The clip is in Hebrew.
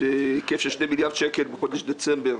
בהיקף של 2 מיליארד שקל בחודש דצמבר,